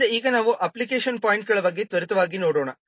ಆದ್ದರಿಂದ ಈಗ ನಾವು ಅಪ್ಲಿಕೇಶನ್ ಪಾಯಿಂಟ್ಗಳ ಬಗ್ಗೆ ತ್ವರಿತವಾಗಿ ನೋಡೋಣ